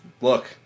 look